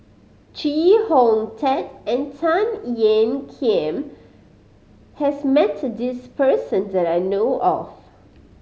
Chee Hong Tat and Tan Ean Kiam has met this person that I know of